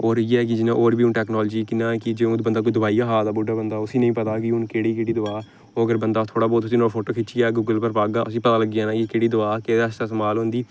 होर इयै ऐ कि जियां होर बी टैकनालजी कियां कि जो बंदा दवाई गै ऐ खा दा बुड्ढा बंदा उसी निं पता कि केह्ड़ी केह्ड़ा दवा ऐ ओह् अगर थोह्ड़ा बंदा उसी नुाहड़ा फोटो खिच्चियै गूगल पर पाह्गा उसी पता लग्गी जाना कि केह्ड़ी दवा केह्दे आस्तै इस्तमाल होंदी